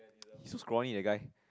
he scrawny the guy